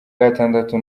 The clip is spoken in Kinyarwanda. gatandatu